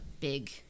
big